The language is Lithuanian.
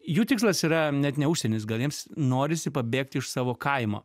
jų tikslas yra net ne užsienis gal jiems norisi pabėgti iš savo kaimo